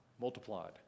multiplied